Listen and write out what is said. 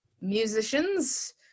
musicians